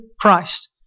Christ